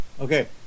Okay